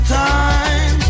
time